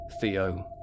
Theo